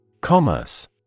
Commerce